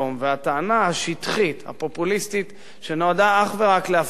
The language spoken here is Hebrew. והטענה השטחית הפופוליסטית שנועדה אך ורק להפחיד,